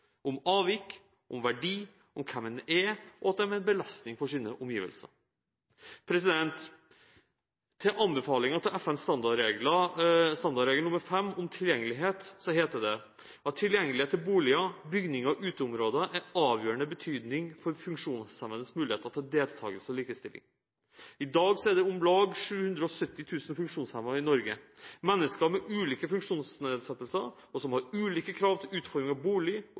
om avvik, om verdi, om hvem en er, og at de er en belastning for sine omgivelser. I anbefalingene til FNs standardregel 5, Tilgjengelighet, heter det: «Tilgjengelighet til boliger, bygninger og uteområder er av avgjørende betydning for funksjonshemmedes muligheter til deltakelse og likestilling.» I dag er det om lag 770 000 funksjonshemmede i Norge. Dette er mennesker med ulike funksjonsnedsettelser, og som har ulike krav til utforming av bolig,